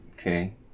Okay